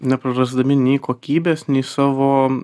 neprarasdami nei kokybės nei savo